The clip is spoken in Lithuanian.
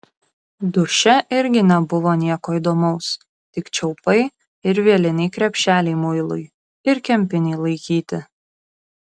duše irgi nebuvo nieko įdomaus tik čiaupai ir vieliniai krepšeliai muilui ir kempinei laikyti